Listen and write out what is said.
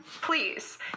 please